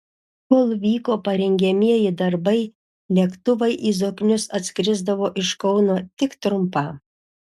kol vyko parengiamieji darbai lėktuvai į zoknius atskrisdavo iš kauno tik trumpam